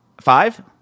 five